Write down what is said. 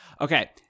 Okay